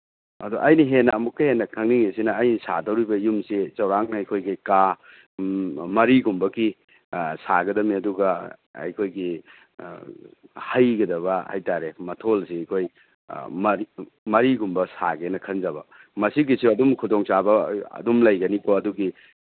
ꯑꯗꯨ ꯑꯩꯅ ꯍꯦꯟꯅ ꯑꯃꯨꯛ ꯍꯦꯟꯅ ꯈꯪꯅꯤꯡꯏꯁꯤꯅ ꯑꯩ ꯁꯥꯗꯧꯔꯤꯕ ꯌꯨꯝꯁꯤ ꯆꯧꯔꯥꯛꯅ ꯑꯩꯈꯣꯏꯒꯤ ꯀꯥ ꯃꯔꯤꯒꯨꯝꯕꯒꯤ ꯁꯥꯒꯗꯝꯅꯤ ꯑꯗꯨꯒ ꯑꯩꯈꯣꯏꯒꯤ ꯍꯩꯒꯗꯕ ꯍꯥꯏ ꯇꯥꯔꯦ ꯃꯊꯣꯜꯁꯤ ꯑꯩꯈꯣꯏ ꯃꯔꯤꯒꯨꯝꯕ ꯁꯥꯒꯦꯅ ꯈꯟꯖꯕ ꯃꯁꯤꯒꯤꯁꯨ ꯑꯗꯨꯝ ꯈꯨꯗꯣꯡꯆꯥꯕ ꯑꯗꯨꯝ ꯂꯩꯒꯅꯤꯀꯣ ꯑꯗꯨꯒꯤ